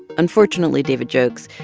unfortunately, david jokes,